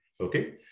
Okay